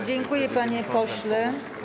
Dziękuję, panie pośle.